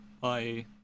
Bye